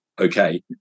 Okay